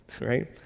Right